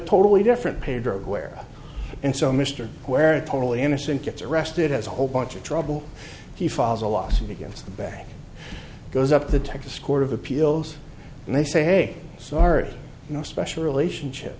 totally different pedro guerra and so mr where totally innocent gets arrested has a whole bunch of trouble he files a lawsuit against the bank goes up to the texas court of appeals and they say hey sorry no special relationship